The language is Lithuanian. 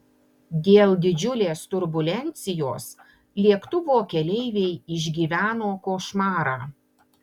dėl didžiulės turbulencijos lėktuvo keleiviai išgyveno košmarą